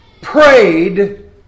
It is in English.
prayed